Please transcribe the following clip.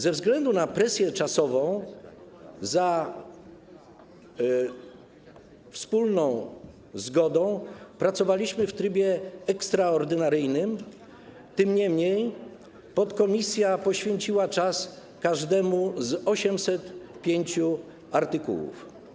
Ze względu na presję czasową za wspólną zgodą pracowaliśmy w trybie ekstraordynaryjnym, niemniej jednak podkomisja poświęciła czas każdemu z 805 artykułów.